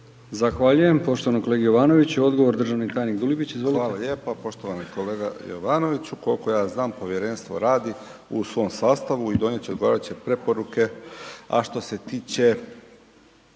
Zahvaljujem poštovanom kolegi Jovanoviću. Odgovor državni tajnik Dulibić, izvolite.